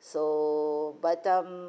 so but um